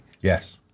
yes